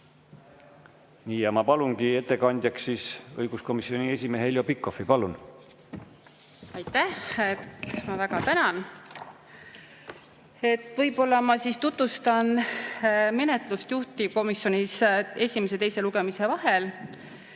sisust. Ma palungi ettekandjaks õiguskomisjoni esimehe Heljo Pikhofi. Aitäh, ma väga tänan! Võib-olla ma siis tutvustan menetlust juhtivkomisjonis esimese ja teise lugemise vahel.